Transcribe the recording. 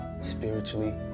spiritually